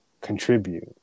contribute